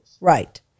Right